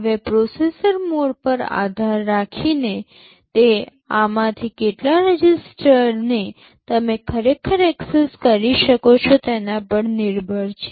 હવે processor mode પર આધાર રાખીને તે આમાંથી કેટલા રજિસ્ટરને તમે ખરેખર એક્સેસ કરી શકો છો તેના પર નિર્ભર છે